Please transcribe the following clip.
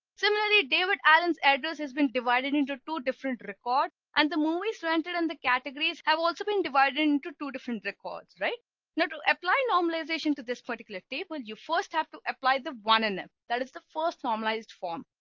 similarly. david allen's address has been divided into two different record. and the movies rented in and the categories have also been divided into two different records right now to apply normalization to this particular table you first have to apply the one in them. that is the first normalized form.